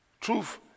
Truth